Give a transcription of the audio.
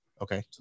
Okay